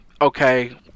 Okay